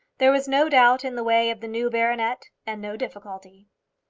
there was no doubt in the way of the new baronet, and no difficulty.